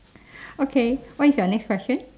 okay what is your next question